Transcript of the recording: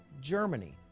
Germany